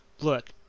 look